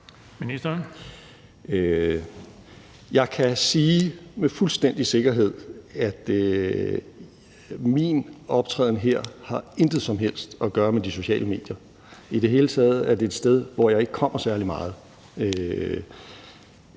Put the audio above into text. Jeg kan sige med fuldstændig sikkerhed, at min optræden her har intet som helst at gøre med de sociale medier. Det er i det hele taget et sted, hvor jeg ikke kommer særlig meget.